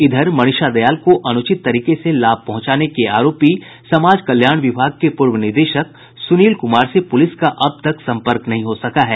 इधर मनीषा दयाल को अनुचित तरीके से लाभ पहुंचाने के आरोपी समाज कल्याण विभाग के पूर्व निदेशक सुनील कुमार से पुलिस का अब तक संपर्क नहीं हो सका है